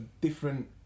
different